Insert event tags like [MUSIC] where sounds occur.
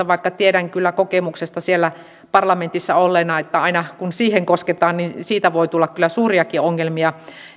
[UNINTELLIGIBLE] vaikka tiedän kyllä kokemuksesta siellä parlamentissa olleena että aina kun siihen kosketaan niin siitä voi tulla kyllä suuriakin ongelmia